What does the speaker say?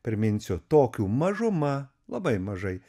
priminsiu tokių mažuma labai mažai